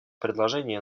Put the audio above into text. предложение